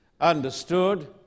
understood